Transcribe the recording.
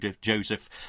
Joseph